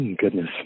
Goodness